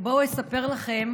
בואו ואספר לכם